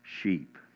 sheep